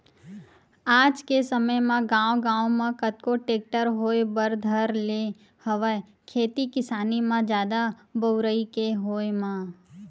आज के समे म गांव गांव म कतको टेक्टर होय बर धर ले हवय खेती किसानी म जादा बउरई के होय म